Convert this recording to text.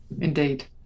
indeed